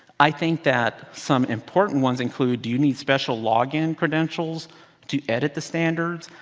i think that some important ones include, do you need special log in credentials to edit the standards.